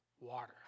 water